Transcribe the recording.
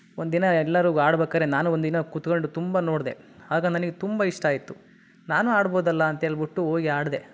ಒಂದು ದಿನ ಎಲ್ಲರೂ ಬ್ ಆಡ್ಬೇಕಾದ್ರೆ ನಾನೂ ಒಂದು ದಿನ ಕುತ್ಕಂಡು ತುಂಬ ನೋಡಿದೆ ಆಗ ನನಗೆ ತುಂಬ ಇಷ್ಟ ಆಯಿತು ನಾನೂ ಆಡ್ಬೋದಲ್ಲ ಅಂತ ಹೇಳ್ಬಿಟ್ಟು ಹೋಗಿ ಆಡಿದೆ